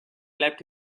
left